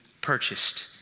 purchased